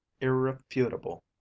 irrefutable